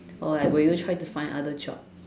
or like will you try to find other job